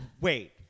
Wait